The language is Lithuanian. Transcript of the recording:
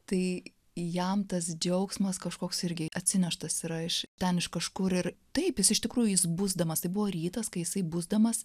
tai jam tas džiaugsmas kažkoks irgi atsineštas yra iš ten iš kažkur ir taip jis iš tikrųjų jis busdamas tai buvo rytas kai jisai busdamas